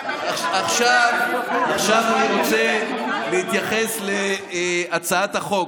עכשיו אני רוצה להתייחס להצעת החוק.